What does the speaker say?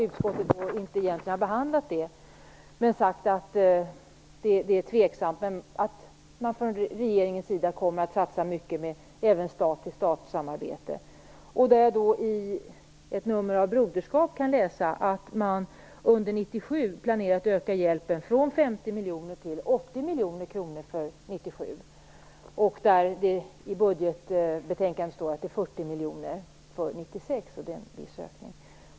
Utskottet har inte behandlat det kravet, men man har sagt att det råder tveksamhet och att regeringen kommer att satsa mycket på stat-till-stat-samarbete. I ett nummer av tidningen Broderskap står det att läsa att man under 1997 planerar att öka hjälpen från 1996.